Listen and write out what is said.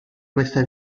questa